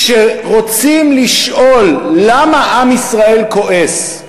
כשרוצים לשאול למה עם ישראל כועס,